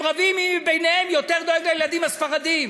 רבים מי מהם דואג יותר לילדים הספרדים.